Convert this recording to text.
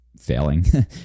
failing